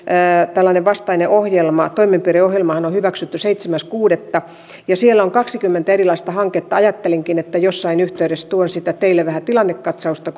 vastainen toimenpideohjelmahan on hyväksytty seitsemäs kuudetta ja siellä on kaksikymmentä erilaista hanketta ajattelinkin että jossain yhteydessä tuon siitä teille vähän tilannekatsausta